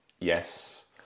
Yes